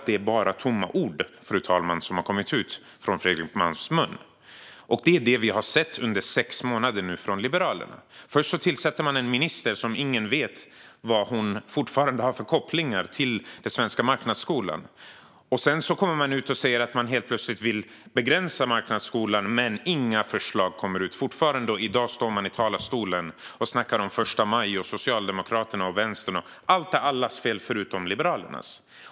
Det är bara tomma ord som har kommit ut ur Fredrik Malms mun. Så har det varit från Liberalerna under sex månader nu. Först tillsatte man en minister, och ingen vet vad hon fortfarande har för kopplingar till den svenska marknadsskolan. Sedan går man helt plötsligt ut och säger att man vill begränsa marknadsskolan, men inga förslag kommer fram. I dag står man i talarstolen och snackar om första maj, Socialdemokraterna och vänstern. Allt är allas fel, utom Liberalernas.